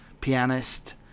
Pianist